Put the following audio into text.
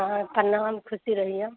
हँ प्रणाम खुशी रहिऔ